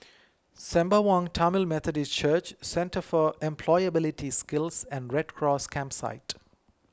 Sembawang Tamil Methodist Church Centre for Employability Skills and Red Cross Campsite